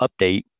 update